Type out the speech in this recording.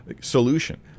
Solution